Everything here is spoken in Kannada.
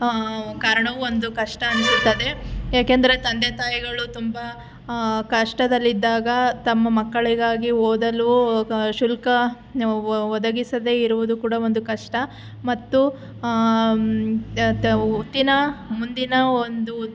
ಕಾರಣವೂ ಒಂದು ಕಷ್ಟ ಅನ್ನಿಸುತ್ತದೆ ಏಕೆಂದರೆ ತಂದೆ ತಾಯಿಗಳು ತುಂಬ ಕಷ್ಟದಲ್ಲಿದ್ದಾಗ ತಮ್ಮ ಮಕ್ಕಳಿಗಾಗಿ ಓದಲೂ ಶುಲ್ಕ ಒದಗಿಸದೆ ಇರುವುದು ಕೂಡ ಒಂದು ಕಷ್ಟ ಮತ್ತು ಮುಂದಿನ ಒಂದು